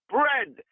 bread